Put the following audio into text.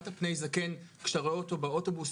פני זקן" כשאתה רואה אותו באוטובוס,